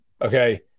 Okay